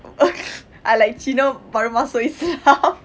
I like cina baru masuk islam